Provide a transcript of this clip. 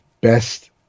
best